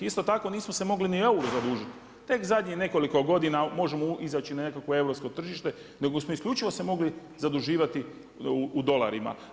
Isto tako nismo se mogli ni euro zadužiti, tek zadnjih nekoliko godina možemo izaći na nekakvo europsko tržište nego smo isključivo se mogli zaduživati u dolarima.